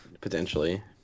potentially